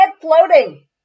floating